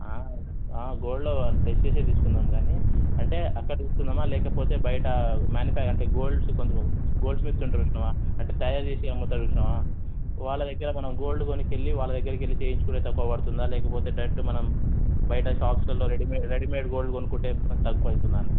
ఆ gold test చేసే తీసుకుందాం గానీ అంటే అక్కడ తీసుకుందామా లేకపోతే బయట మ్యానుఫ్యా అంటే గోల్డ్ కొ గోల్డ్ స్మిత్స్ ఉంటారు చూసినావా అంటే తాయారు చేసి అమ్ముతారు చూసినావా వాళ్ళ దగ్గర మనం గోల్డ్ కొనుక్కెళ్ళి వాళ్ళ దగ్గరకెళ్ళి చేయించుకుని తక్కువ పడుతుందా లేకపోతే డైరెక్ట్గా మనం బయట షాప్స్లల్లో రెడీమే రెడీమేట్ గోల్డ్ కొనుక్కుంటే ఎమైనా తక్కువ అవుతుందా అని